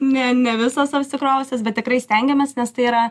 ne ne visos apsikrovusios bet tikrai stengiamės nes tai yra